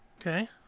Okay